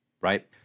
right